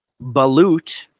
Balut